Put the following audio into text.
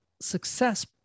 Success